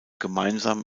gemeinsam